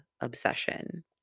obsession